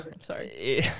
Sorry